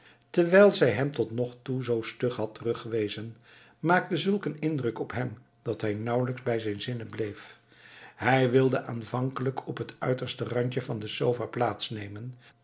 terwijl zij hem tot nog toe zoo stug had teruggewezen maakten zulk een indruk op hem dat hij nauwelijks bij zijn zinnen bleef hij wilde aanvankelijk op het uiterste randje van de